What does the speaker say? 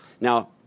Now